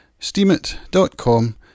SteamIt.com